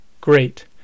Great